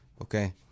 Okay